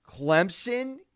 Clemson